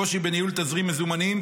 קושי בניהול תזרים מזומנים,